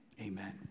Amen